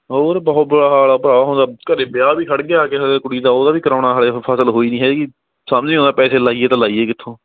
ਹੋਰ ਬਹੁਤ ਬੁਰਾ ਹਾਲ ਆ ਭਰਾ ਹੁਣ ਤਾਂ ਘਰ ਵਿਆਹ ਵੀ ਖੜ੍ਹ ਗਿਆ ਆ ਕੇ ਹਾਲੇ ਕੁੜੀ ਦਾ ਉਹਦਾ ਵੀ ਕਰਵਾਉਣਾ ਹਾਲੇ ਫਸਲ ਹੋਈ ਨਹੀਂ ਹੈਗੀ ਸਮਝ ਨਹੀਂ ਆਉਂਦਾ ਪੈਸੇ ਲਾਈਏ ਤਾਂ ਲਾਈਏ ਕਿੱਥੋਂ